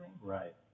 Right